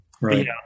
Right